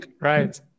right